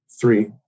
three